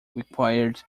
required